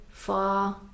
Far